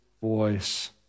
voice